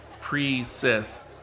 pre-Sith